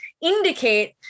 indicate